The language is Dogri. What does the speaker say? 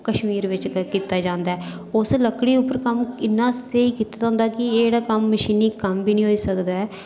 कश्मीर बिच कीता जंदा ऐ उस लकड़ी पर इन्ना स्हेई कम्म कीते दा होंदा ऐ कि एह् जेह्ड़ा कम्म मशीनी कम्म बी निं होई सकदा ऐ